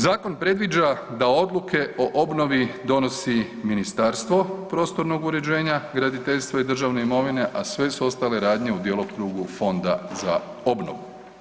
Zakon predviđa da odluke o obnovi donosi Ministarstvo prostornog uređenja, graditeljstva i državne imovine, a sve su ostale radnje u djelokrugu Fonda za obnovu.